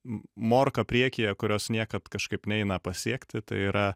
morka priekyje kurios niekad kažkaip neina pasiekti tai yra